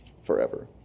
forever